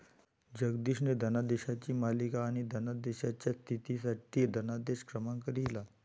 जगदीशने धनादेशांची मालिका आणि धनादेशाच्या स्थितीसाठी धनादेश क्रमांक लिहिला